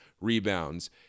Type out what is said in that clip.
rebounds